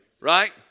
Right